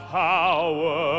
power